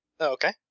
Okay